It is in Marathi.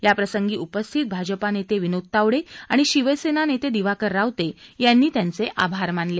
याप्रसंगी उपस्थित भाजपा नेते विनोद तावडे आणि शिवसेना नेते दिवाकर रावते यांनी त्यांचे आभार मानले